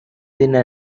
தின